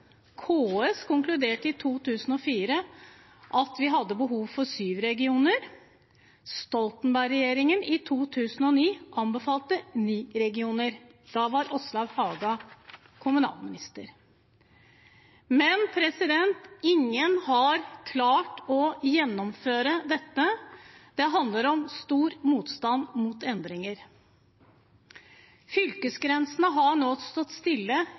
KS konkluderte i 2004 med at vi hadde behov for syv regioner, Stoltenberg-regjeringen i 2009 anbefalte ni regioner. Åslaug Haga var kommunalminister i den regjeringen. Men ingen har klart å gjennomføre dette, det handler om stor motstand mot endringer. Fylkesgrensene har nå stått stille